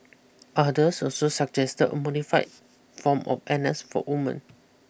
others also suggested a modified form of N S for women